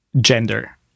gender